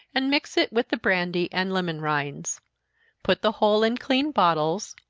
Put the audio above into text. and mix it with the brandy and lemon rinds put the whole in clean bottles,